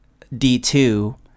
d2